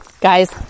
guys